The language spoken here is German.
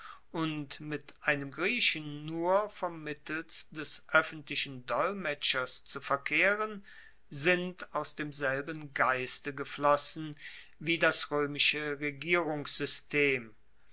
und mit einem griechen nur vermittels des oeffentlichen dolmetschers zu verkehren sind aus demselben geiste geflossen wie das roemische regierungssystem